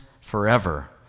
forever